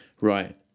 Right